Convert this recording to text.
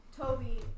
Toby